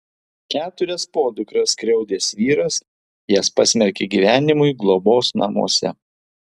keturias podukras skriaudęs vyras jas pasmerkė gyvenimui globos namuose